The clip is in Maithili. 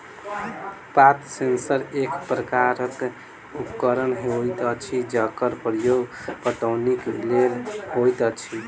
पात सेंसर एक प्रकारक उपकरण होइत अछि जकर प्रयोग पटौनीक लेल होइत अछि